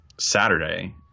Saturday